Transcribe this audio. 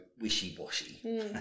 wishy-washy